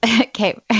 okay